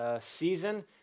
season